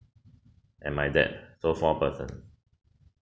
and my dad so four person